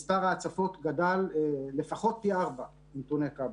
ומנתוני כב"א מספר ההצפות גדל לפחות פי ארבעה.